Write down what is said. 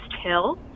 Hill